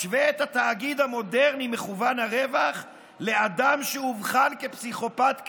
משווה את התאגיד המודרני מכוון הרווח לאדם שאובחן כפסיכופת קליני.